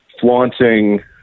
flaunting